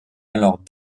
alors